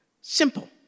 simple